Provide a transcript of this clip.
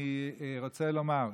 אני רוצה לומר,